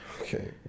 Okay